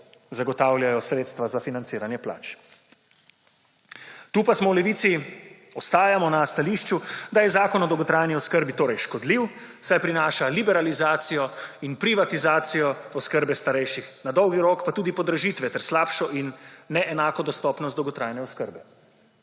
zagotavljajo sredstva za financiranje plač. Tu pa v Levici ostajamo na stališču, da je zakon o dolgotrajni oskrbi škodljiv, saj prinaša liberalizacijo in privatizacijo oskrbe starejših, na dolgi rok pa tudi podražitve ter slabšo in neenako dostopnost dolgotrajne oskrbe.